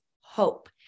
hope